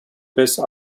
besser